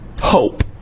Hope